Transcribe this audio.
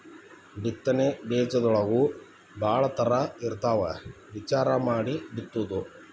ಬಿತ್ತನೆ ಬೇಜದೊಳಗೂ ಭಾಳ ತರಾ ಇರ್ತಾವ ವಿಚಾರಾ ಮಾಡಿ ಬಿತ್ತುದು